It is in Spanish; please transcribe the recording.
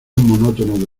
monótono